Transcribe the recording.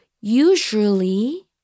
usually